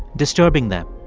disturbing them,